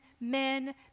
men